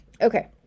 okay